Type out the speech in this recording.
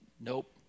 Nope